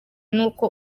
n’uko